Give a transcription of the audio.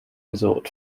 resort